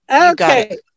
okay